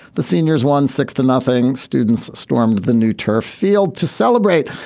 the seniors won six to nothing students stormed the new turf field to celebrate.